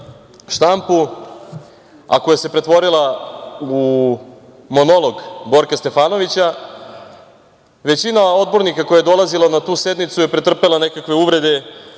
štampu, a koja se pretvorila u monolog Borka Stefanovića, većina odbornika koja je dolazila na tu sednicu je pretrpela nekakve uvrede